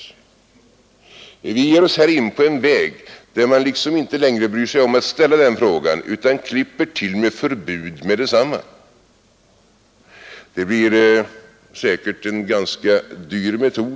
Men nu ger vi oss in på en väg, där man liksom inte längre bryr sig om att ställa den frågan utan klipper till med förbud med detsamma. Det blir säkert en ganska dyr metod.